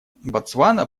ботсвана